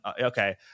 okay